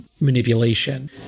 manipulation